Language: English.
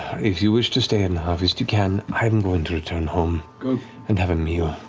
if you wish to stay and harvest, you can. i'm going to return home and have a meal.